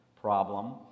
problem